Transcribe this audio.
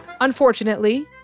Unfortunately